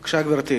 בבקשה, גברתי.